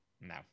No